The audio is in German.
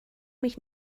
mich